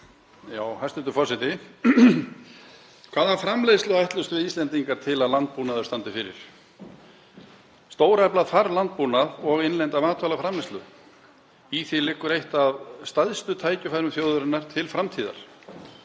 Hæstv. forseti. Hvaða framleiðslu ætlumst við Íslendingar til að landbúnaður standi fyrir? Stórefla þarf landbúnað og innlenda matvælaframleiðslu. Í því liggur eitt af stærstu tækifærum þjóðarinnar til framtíðar